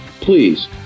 please